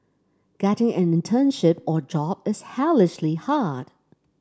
getting an internship or job is hellishly hard